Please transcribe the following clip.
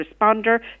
responder